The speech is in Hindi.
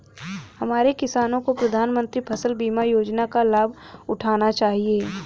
हमारे किसानों को प्रधानमंत्री फसल बीमा योजना का लाभ उठाना चाहिए